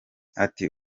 ati